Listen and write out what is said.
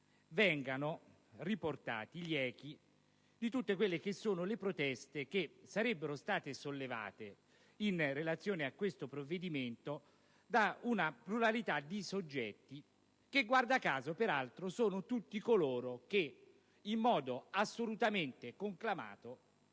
vengano riportati gli echi di tutte le proteste che sarebbero state sollevate in relazione a questo provvedimento da una pluralità di soggetti che peraltro, guarda caso, sono tutti coloro che in modo assolutamente conclamato